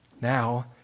Now